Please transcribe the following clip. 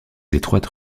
étroites